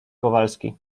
kowalski